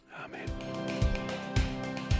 Amen